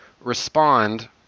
respond